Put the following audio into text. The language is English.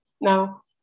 Now